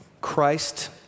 Christ